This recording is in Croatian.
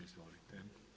Izvolite.